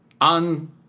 on